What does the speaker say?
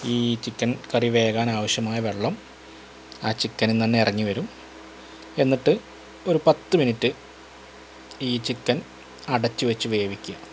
ഈ ചിക്കൻ കറി വേകാൻ ആവശ്യമായ വെള്ളം ആ ചിക്കനിൽന്ന്ന്നെ ഇറങ്ങി വരും എന്നിട്ട് ഒരു പത്ത് മിനിറ്റ് ഈ ചിക്കൻ അടച്ച് വെച്ച് വേവിക്കുക